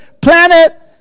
planet